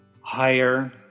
higher